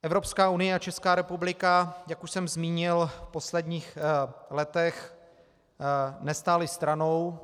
Evropská unie a Česká republika, jak už jsem zmínil, v posledních letech nestály stranou.